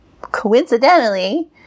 coincidentally